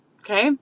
Okay